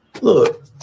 Look